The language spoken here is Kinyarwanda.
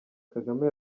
kagame